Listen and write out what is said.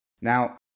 Now